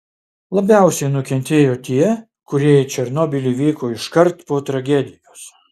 labiausiai nukentėjo tie kurie į černobylį vyko iškart po tragedijos